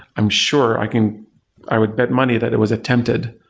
i'm sure, i can i would bet money that it was attempted,